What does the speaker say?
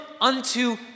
unto